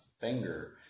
finger